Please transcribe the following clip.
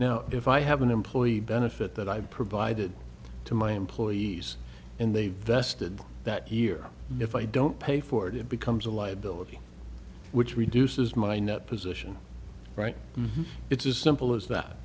now if i have an employee benefit that i've provided to my employees and they vested that year and if i don't pay for it it becomes a liability which reduces my net position right it's as simple as that